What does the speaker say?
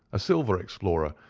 a silver explorer,